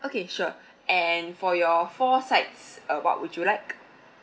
okay sure and for your four sides uh what would you like